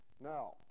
Now